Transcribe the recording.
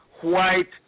white